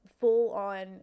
full-on